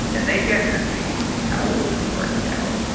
and they get to see how this is worked out.